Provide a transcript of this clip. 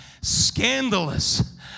scandalous